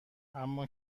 اما